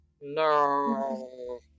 No